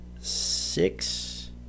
six